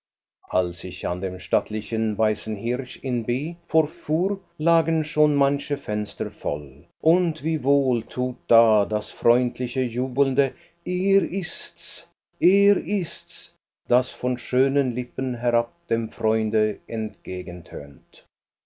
als ich an dem stattlichen weißen hirsch in b vorfuhr lagen schon manche fenster voll und wie wohl tut da das freundliche jubelnde er ist's er ist's das von schönen lippen herab dem freunde